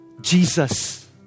Jesus